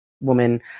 woman